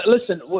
Listen